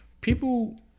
people